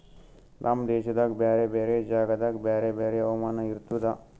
ನಮ್ ದೇಶದಾಗ್ ಬ್ಯಾರೆ ಬ್ಯಾರೆ ಜಾಗದಾಗ್ ಬ್ಯಾರೆ ಬ್ಯಾರೆ ಹವಾಮಾನ ಇರ್ತುದ